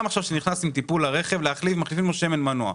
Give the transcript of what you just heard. שנכנס למוסך להחלפת שמן מנוע.